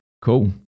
Cool